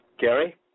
Gary